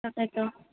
তাকে ত'